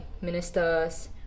ministers